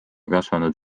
kasvanud